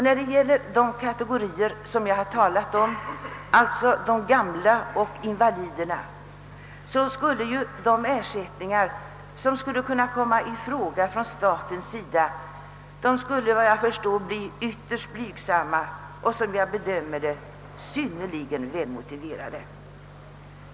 När det gäller dessa kategorier — åldringar och invalider — skulle de ersättningar från statens sida som kan komma i fråga, bli ytterst blygsamma, och de skulle vara synnerligen välmotiverade.